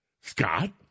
Scott